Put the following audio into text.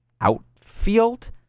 outfield